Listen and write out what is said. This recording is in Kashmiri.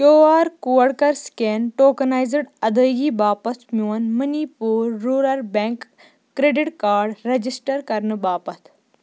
کیو آر کوڈ کَر سکین ٹوکَنایزٕڈ اَدٲیگی باپَتھ میون مٔنی پوٗر rural bank credit card register کَرنہٕ باپَتھ